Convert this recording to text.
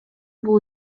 бул